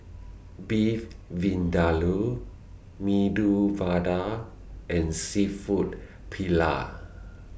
Beef Vindaloo Medu Vada and Seafood Paella